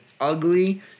ugly